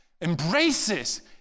embraces